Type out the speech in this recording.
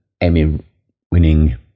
Emmy-winning